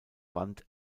wand